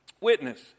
Witness